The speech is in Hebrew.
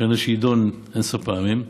וכנראה שיידון אין-סוף פעמים.